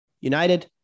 United